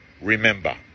Remember